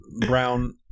Brown